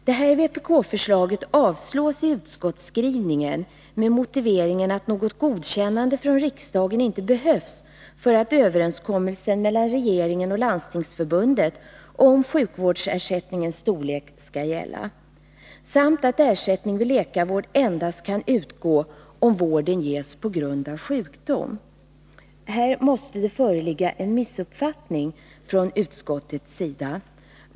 Detta vpk-förslag avstyrks i utskottsskrivningen med motiveringen att något godkännande från riksdagen inte behövs för att överenskommelsen mellan regeringen och Landstingsförbundet om sjukvårdsersättningens storlek skall gälla, samt att ersättning vid läkarvård endast kan beviljas om vården ges på grund av sjukdom. Här måste det föreligga en missuppfattning från utskottets sida.